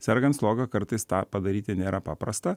sergant sloga kartais tą padaryti nėra paprasta